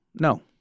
No